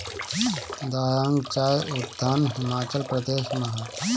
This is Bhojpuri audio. दारांग चाय उद्यान हिमाचल प्रदेश में हअ